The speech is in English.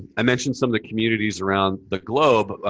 i mentioned some of the communities around the globe.